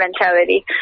mentality